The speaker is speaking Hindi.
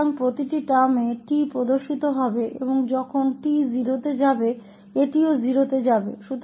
तो प्रत्येक पद में t दिखाई देगा और जब t 0 पर जाएगा तो यह 0 पर जाएगा